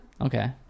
okay